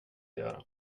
göra